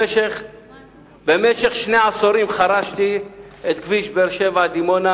במשך שני עשורים חרשתי את כביש באר-שבע דימונה